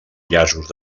llaços